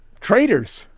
traitors